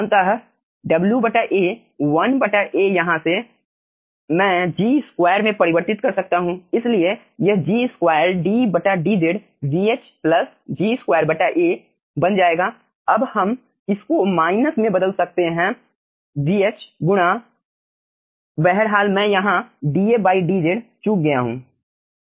अतः WA 1 A यहाँ से मैं G2 में परिवर्तित कर सकता हूँ इसलिए यह G2 ddz प्लस G2A बन जाएगा अब हम इस को माइनस में बदल सकते हैं vh गुणा बहरहाल मैं यहां dAdz चूक गया हूं